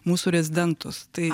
mūsų rezidentus tai